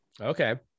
Okay